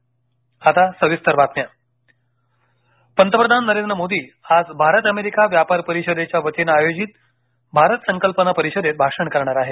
पंतप्रधान पंतप्रधान नरेंद्र मोदी आज भारत अमेरिका व्यापार परिषदेच्या वतीनं आयोजित भारत संकल्पना परिषदेत भाषण करणार आहेत